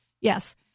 yes